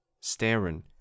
staring